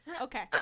Okay